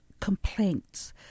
complaints